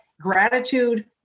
gratitude